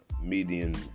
median